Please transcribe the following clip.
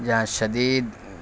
یہاں شدید